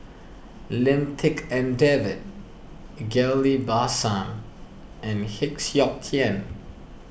Lim Tik En David Ghillie Basan and Heng Siok Tian